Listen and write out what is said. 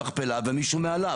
בתמ"א